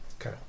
Okay